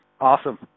Awesome